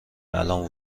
الان